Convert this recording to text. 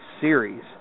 series